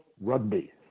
Rugby